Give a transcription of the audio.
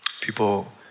people